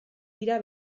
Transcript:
dira